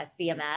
CMS